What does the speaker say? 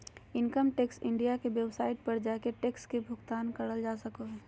income tax India के website पर जाके टैक्स के भुगतान करल जा सको हय